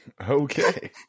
Okay